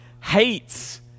hates